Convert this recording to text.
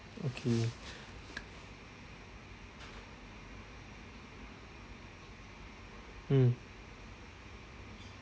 okay mm